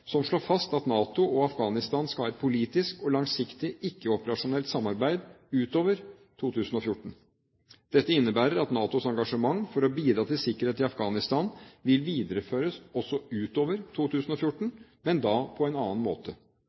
som slår fast at NATO og Afghanistan skal ha et politisk og langsiktig ikke-operasjonelt samarbeid utover 2014. Dette innebærer at NATOs engasjement for å bidra til sikkerhet i Afghanistan vil videreføres også utover 2014, men da på en annen måte.